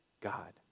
God